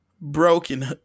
broken